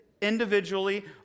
individually